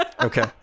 Okay